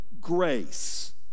grace